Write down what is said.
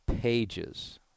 pages